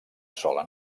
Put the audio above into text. sola